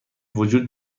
وجود